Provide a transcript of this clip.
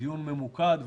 דיון ממוקד.